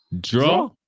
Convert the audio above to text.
Draw